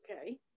okay